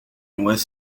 was